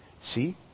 See